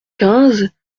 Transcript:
quinze